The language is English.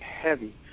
heavy